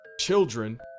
children